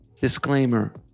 Disclaimer